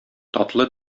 татлы